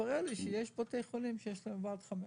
והתברר לי שיש בתי חולים שיש להם אפילו חמישה,